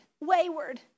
wayward